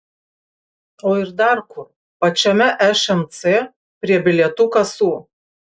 o ir dar kur pačiame šmc prie bilietų kasų